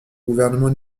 gouvernement